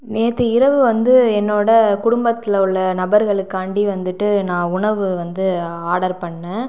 நேற்று இரவு வந்து என்னோடய குடும்பத்தில் உள்ள நபர்களுக்காண்டி வந்துவிட்டு நான் உணவு வந்து ஆடர் பண்ணேன்